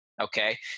okay